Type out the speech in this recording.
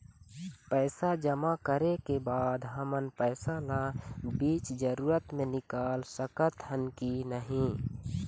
पैसा जमा करे के बाद हमन पैसा ला बीच जरूरत मे निकाल सकत हन की नहीं?